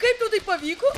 kaip tau tai pavyko